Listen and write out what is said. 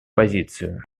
позицию